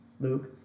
Luke